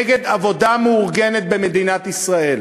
נגד עבודה מאורגנת במדינת ישראל.